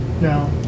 No